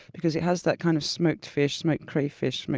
because it has that kind of smoked fish, smoked crayfish,